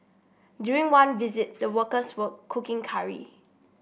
during one visit the workers were cooking curry